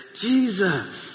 Jesus